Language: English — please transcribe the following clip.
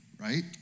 right